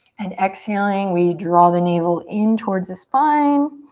and exhaling we draw the navel in towards the spine.